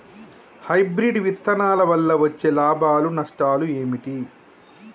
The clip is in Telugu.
హైబ్రిడ్ విత్తనాల వల్ల వచ్చే లాభాలు నష్టాలు ఏమిటి?